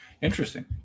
Interesting